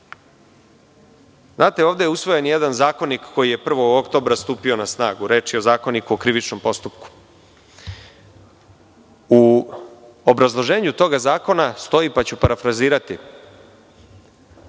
zakona, ovde je usvojen jedan zakonik koji je 1. oktobra stupio na snagu. Reč je o Zakoniku o krivičnom postupku. U obrazloženju toga zakona stoji, pa ću parafrazirati,